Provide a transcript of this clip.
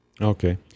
Okay